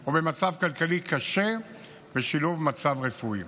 או מצב כלכלי קשה בשילוב מצב רפואי.